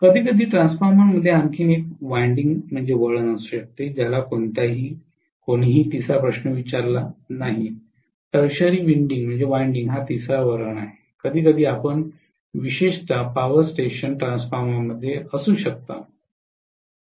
कधीकधी ट्रान्सफॉर्मरमध्ये आणखी एक वळण असू शकते ज्याला कोणीही तिसरा प्रश्न विचारला जात नाही टर्शरी विन्डिंग हा तिसरा वळण आहे कधीकधी आपण विशेषत पॉवर स्टेशन ट्रान्सफॉर्मर्समध्ये असू शकता